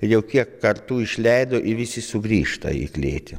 jau kiek kartų išleido į visi sugrįžta į klėtį